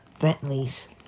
Bentleys